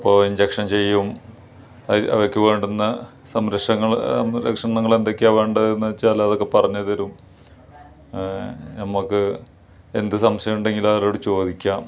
അപ്പോൾ ഇഞ്ചക്ഷൻ ചെയ്യും അവയ്ക്ക് വേണ്ടുന്ന സംരക്ഷങ്ങൾ സംരക്ഷണങ്ങൾ എന്തോക്കെയാണ് വേണ്ടതെന്ന് വച്ചാൽ അതൊക്കെ പറഞ്ഞുതരും നമുക്ക് എന്ത് സംശയം ഉണ്ടെങ്കിലും അവരോട് ചോദിക്കാം